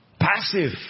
Passive